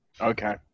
Okay